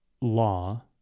law